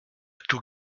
tout